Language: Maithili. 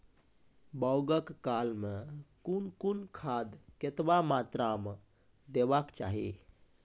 बौगक काल मे कून कून खाद केतबा मात्राम देबाक चाही?